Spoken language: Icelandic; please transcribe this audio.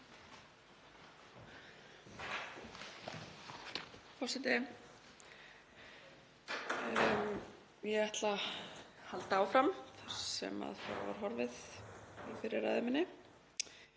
Forseti. Ég ætla að halda áfram þar sem frá var horfið í fyrri ræðu minni.